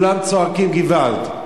וכולם צועקים געוואלד.